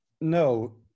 no